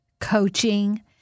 coaching